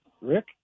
Rick